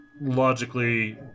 logically